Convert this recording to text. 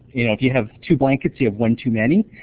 you know if you have two blankets, you have one too many.